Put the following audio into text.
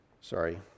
Sorry